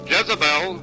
Jezebel